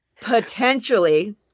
potentially